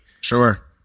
Sure